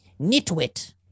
Nitwit